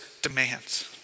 demands